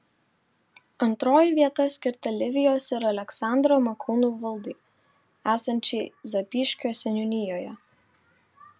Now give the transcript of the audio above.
antroji vieta skirta livijos ir aleksandro makūnų valdai esančiai zapyškio seniūnijoje